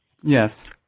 Yes